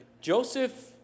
Joseph